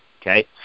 okay